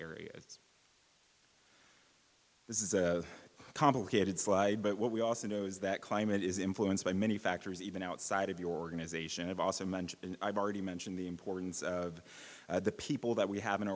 areas this is a complicated slide but what we also know is that climate is influenced by many factors even outside of the organization have also mentioned and i've already mentioned the importance of the people that we have an